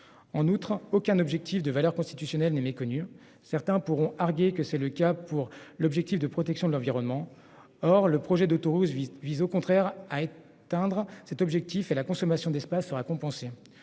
En outre, aucun objectif de valeur constitutionnelle n'est méconnu. Certains pourront arguer que c'est le cas pour l'objectif de protection de l'environnement. Or le projet de Toulouse vise au contraire à atteindre cet objectif et la consommation d'espace sera compensé.